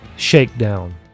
Shakedown